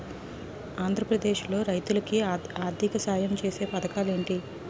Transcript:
ఆంధ్రప్రదేశ్ లో రైతులు కి ఆర్థిక సాయం ఛేసే పథకాలు ఏంటి?